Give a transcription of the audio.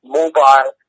mobile